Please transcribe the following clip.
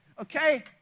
okay